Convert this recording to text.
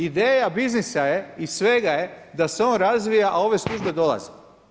Ideja biznisa je i svega je da se on razvija, a ove službe dolaze.